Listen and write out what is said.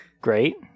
great